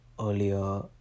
earlier